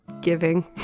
giving